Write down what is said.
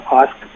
ask